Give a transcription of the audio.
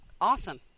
awesome